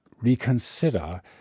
reconsider